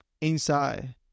inside